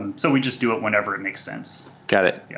um so we just do it whenever it makes sense. got it. yeah